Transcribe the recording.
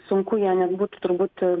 sunku ją net būtų turbūt